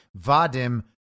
Vadim